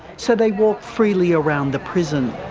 so they walk freely around the prison.